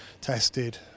tested